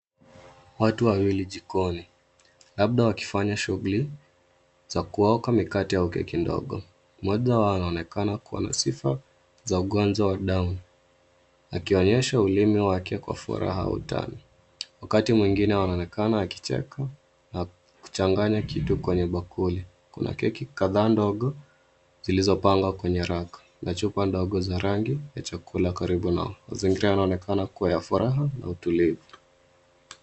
Watu wawili jikoni, labda wakifanya shughuli za kuaoka mikate au keki ndogo mmoja wao anaonekana kuwa na sifa za ugonjwa wa damu, akionyesha ulimi wake kwa furaha utani Wakati mwingine wanaonekana akicheka na kuchanganya kitu kwenye bakuli kuna keki kadhaa ndogo zilizopangwa kwenye rack na chupa ndogo za rangi ya chakula karibu nao mazingira yanaonekana kuwa ya furaha na utulivu.